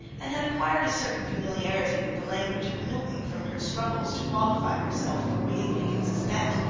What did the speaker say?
and had acquired a certain familiarity with the language of milton from her struggles to qualify herself for winning higgins's bet,